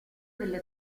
delle